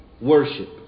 worship